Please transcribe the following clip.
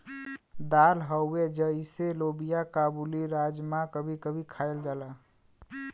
दाल हउवे जइसे लोबिआ काबुली, राजमा कभी कभी खायल जाला